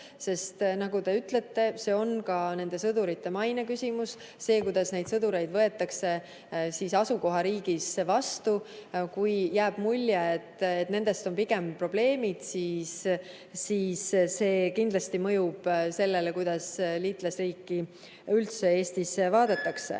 nagu te ütlesite, see on ka nende sõdurite maine küsimus, see, kuidas neid sõdureid asukohariigis vastu võetakse. Kui jääb mulje, et nendest on pigem probleeme, siis see kindlasti mõjub sellele, kuidas liitlasriiki üldse Eestis vaadatakse.